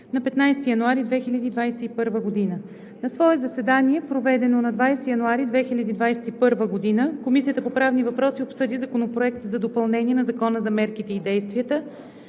на 15 януари 2021 г. На свое заседание, проведено на 20 януари 2021 г., Комисията по правни въпроси обсъди Законопроект за допълнение на Закона за мерките и действията